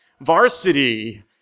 varsity